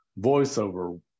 voiceover